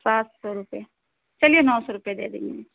سات سو روپئے چلیے نو سو روپئے دے دیں گے